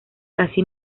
casi